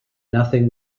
nothing